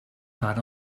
pad